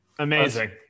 amazing